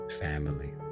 family